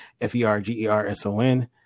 F-E-R-G-E-R-S-O-N